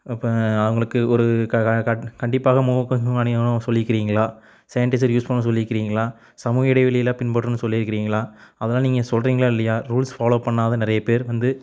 இப்போ அவங்களுக்கு ஒரு கா க கண்டிப்பாக முகக்கவசம் அணியனும்னு சொல்லியிருக்குறீங்களா சேனிடைசர் யூஸ் பண்ணனும்னு சொல்லியிருக்குறீங்களா சமூக இடைவெளிலாம் பின்பற்றணும்னு சொல்லியிருக்குறீங்களா அதெலாம் நீங்கள் சொல்கிறீங்களா இல்லையா ரூல்ஸ் ஃபாலோ பண்ணாத நிறைய பேர் வந்து